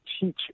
teach